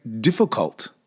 difficult